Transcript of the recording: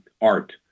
art